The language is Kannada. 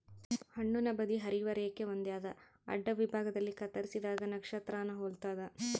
ಹಣ್ಣುನ ಬದಿ ಹರಿಯುವ ರೇಖೆ ಹೊಂದ್ಯಾದ ಅಡ್ಡವಿಭಾಗದಲ್ಲಿ ಕತ್ತರಿಸಿದಾಗ ನಕ್ಷತ್ರಾನ ಹೊಲ್ತದ